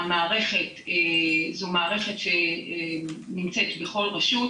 המערכת זו מערכת שנמצאת בכל רשות,